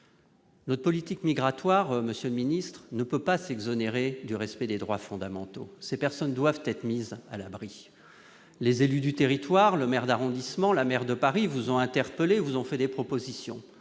notre politique migratoire ne peut pas s'exonérer du respect des droits fondamentaux. Ces personnes doivent être mises à l'abri. Les élus du territoire, le maire d'arrondissement, la maire de Paris vous ont interpellé et vous ont adressé des propositions.